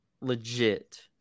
legit